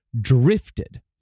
drifted